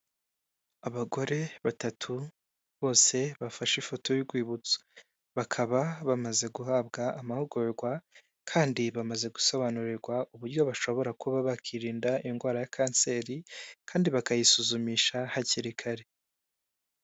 Abagore batatu bose bafashe ifoto y'urwibutso, bakaba bamaze guhabwa amahugurwa kandi bamaze gusobanurirwa, uburyo bashobora kuba bakirinda indwara ya kanseri kandi bakayisuzumisha hakiri kare.